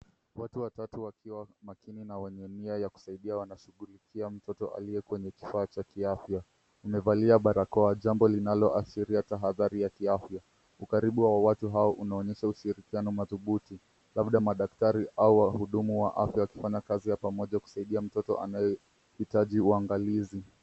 Watu watatu wakiwa makini na wenye nia ya kusaidia wanashughulikia mtoto aliye kwenye kifaa cha kiafya. Wamevalia barakoa jambo linaloashiria tahadhari ya kiafya. Ujaribu wa watu hao unaonyesha ushirikiano madhubuti labda madaktari au wahudumu wa afya wakifanya kazi pamoja kusaidia mtoto anayehitaji uangalizi.